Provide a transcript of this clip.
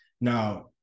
Now